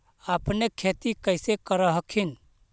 अपने खेती कैसे कर हखिन?